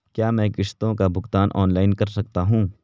क्या मैं किश्तों का भुगतान ऑनलाइन कर सकता हूँ?